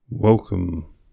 welcome